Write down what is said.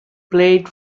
played